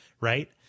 right